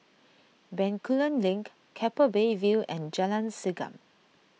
Bencoolen Link Keppel Bay View and Jalan Segam